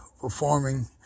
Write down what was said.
performing